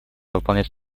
выполнять